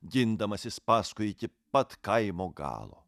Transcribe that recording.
gindamasis paskui iki pat kaimo galo